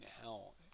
hell